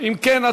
אם כן,